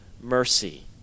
mercy